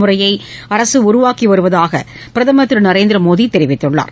முறையை அரசு உருவாக்கி வருவதாக பிரதமர் திரு நரேந்திர மோடி தெரிவித்துள்ளார்